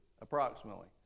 approximately